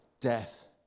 death